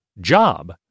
job